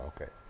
okay